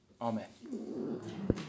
Amen